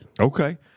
Okay